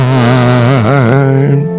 time